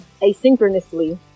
asynchronously